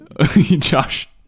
Josh